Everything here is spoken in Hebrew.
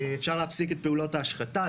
אפשר להפסיק את פעולות ההשחתה,